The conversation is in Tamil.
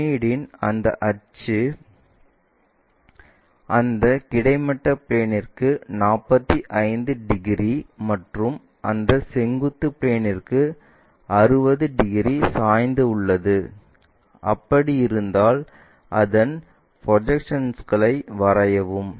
பிரமிட்டின் அச்சு அந்த கிடைமட்ட பிளேன்ற்கு 45 டிகிரி மற்றும் அந்த செங்குத்து பிளேன்ற்கு 60 டிகிரி சாய்ந்து உள்ளது அப்படி இருந்தால் அதன் ப்ரொஜெக்ஷன்ஸ்களை வரையவும்